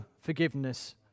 forgiveness